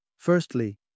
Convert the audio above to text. Firstly